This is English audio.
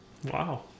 Wow